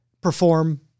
perform